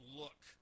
look